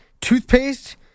toothpaste